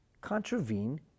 contravene